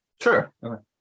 Sure